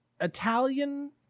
italian